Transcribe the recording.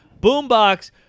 boombox